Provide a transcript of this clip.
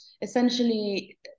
essentially